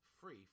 free